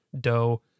dough